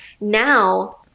Now